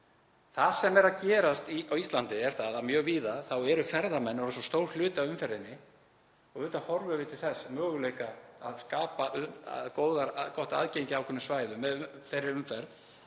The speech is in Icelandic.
Það sem er að gerast á Íslandi er að mjög víða eru ferðamenn orðnir svo stór hluti af umferðinni. Auðvitað horfum við til þess möguleika að skapa gott aðgengi að ákveðnum svæðum með þeirri umferð